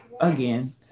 again